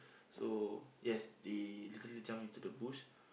so yes they literally jump into the bush